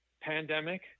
pandemic